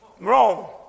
Wrong